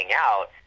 out